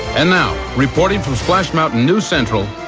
and now reporting from splash mountain news central.